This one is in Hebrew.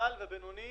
קל ובינוני